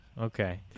Okay